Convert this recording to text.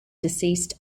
deceased